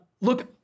look